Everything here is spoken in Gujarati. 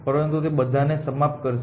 પરંતુ તે તે બધાને સમાપ્ત કરશે